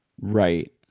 Right